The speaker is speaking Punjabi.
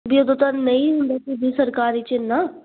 ਵੀ ਉਦੋਂ ਤਾਂ ਨਹੀਂ ਹੁੰਦੇ ਸੀ ਵੀ ਸਰਕਾਰੀ 'ਚ ਇੰਨਾ